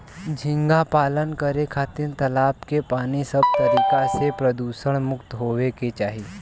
झींगा पालन करे खातिर तालाब के पानी सब तरीका से प्रदुषण मुक्त होये के चाही